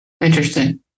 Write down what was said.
Interesting